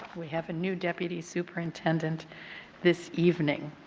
we have a new deputy superintendent this evening.